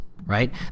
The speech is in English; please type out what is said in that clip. Right